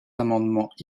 amendements